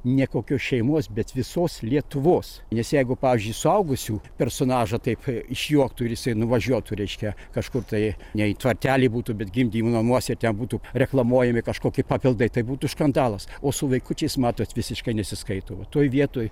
ne kokios šeimos bet visos lietuvos nes jeigu pavyzdžiui suaugusių personažą taip išjuoktų ir jisai nuvažiuotų reiškia kažkur tai ne į tvartelį būtų bet gimdymo namuose ten būtų reklamuojami kažkokie papildai tai būtų skandalas o su vaikučiais matot visiškai nesiskaito va toj vietoj